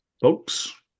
Folks